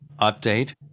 update